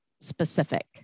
specific